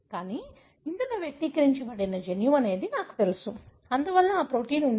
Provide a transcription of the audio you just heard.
ఎందుకంటే ఇది వ్యక్తీకరించబడిన జన్యువు అని నాకు తెలుసు అందువల్ల ఆ ప్రోటీన్ ఉండాలి